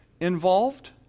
involved